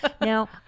Now